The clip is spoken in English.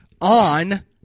On